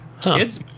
Kids